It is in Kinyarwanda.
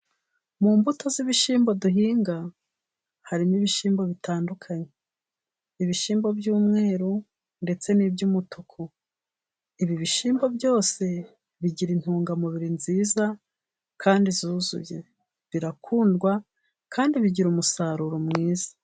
Mu mbuto z'ibishyimbo duhinga, harimo ibishyimbo bitandukanye. Ibishimbo by'umweru ndetse n'iby'umutuku. Ibi bishyimbo byose bigira intungamubiri nziza kandi zuzuye , birakundwa kandi bigira umusaruro mwiza.